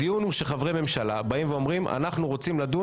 על כך שחברי הממשלה אומרים: אנחנו רוצים לדון